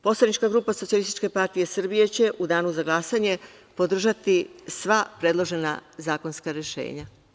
Poslanička grupa Socijalističke partije Srbije će u danu za glasanje podržati sva predložena zakonska rešenja.